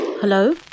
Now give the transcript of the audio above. Hello